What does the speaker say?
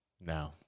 No